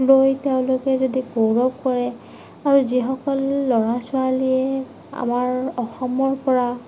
লৈ তেওঁলোকে যদি গৌৰৱ কৰে আৰু যিসকল ল'ৰা ছোৱালীয়ে আমাৰ অসমৰ পৰা